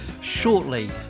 shortly